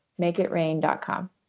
makeitrain.com